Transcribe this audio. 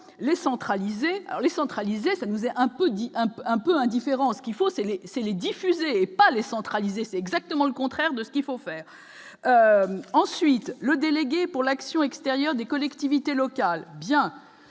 les centralisé, ça nous a un peu dit un peu un peu indifférent, ce qu'il faut c'est c'est les diffuser et pas les centraliser, c'est exactement le contraire de ce qu'il faut faire ensuite le délégué pour l'action extérieure des collectivités locales bien